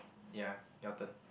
ya your turn